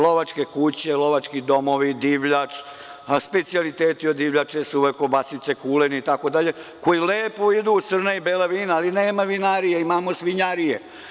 Lovačke kuće, lovački domovi, divljač, specijaliteti od divljači, suve kobasice, kuleni, itd, koji lepo idu uz crna i bela vina, ali nema vinarija, već ima svinjarija.